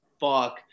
fuck